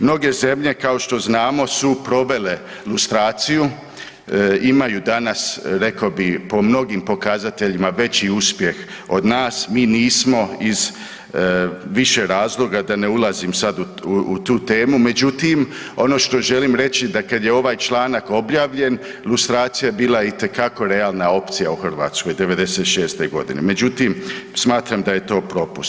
Mnoge zemlje, kao što znamo, su provele lustraciju, imaju danas, rekao bih po mnogim pokazateljima, veći uspjeh od nas, mi nismo iz više razloga, da ne ulazim sad u tu temu, međutim, ono što želim reći da kad je ovaj članak objavljen, lustracija je bila itekako realna opcija u Hrvatskoj '96. g. Međutim, smatram da je to propust.